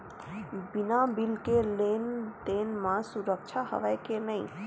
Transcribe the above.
बिना बिल के लेन देन म सुरक्षा हवय के नहीं?